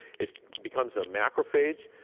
it becomes a macrophage,